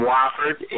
Wofford